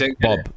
bob